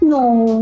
No